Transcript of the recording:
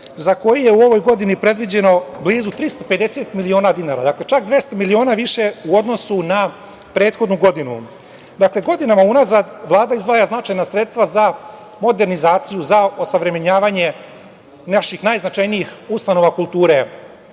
za koji je u ovoj godini predviđeno blizu 350 miliona dinara. Dakle, čak 200 miliona više u odnosu na prethodnu godinu. Dakle, godinama unazad Vlada izdvaja značajna sredstva za modernizaciju za osavremenjavanje naših najznačajnijih ustanova kulture. Ovde